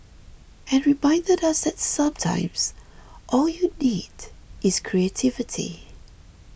and reminded us that sometimes all you need is creativity